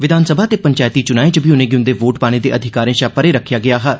विधानसभा ते पंचैती चुनायें च बी उनेंगी उंदे वोट पाने दे अधिकारें शा परें रक्खेया गेआ हा